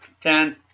Ten